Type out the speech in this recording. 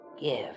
Give